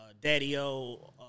Daddy-O